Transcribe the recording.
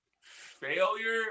failure